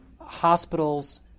hospitals